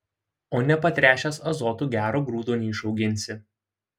o nepatręšęs azotu gero grūdo neišauginsi